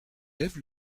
lève